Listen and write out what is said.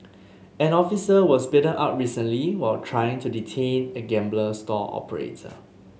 an officer was beaten up recently while trying to detain a gambling stall operator